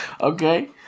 Okay